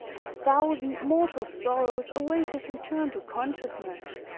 a thousand mortal sorrows await his return to consciousness